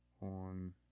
On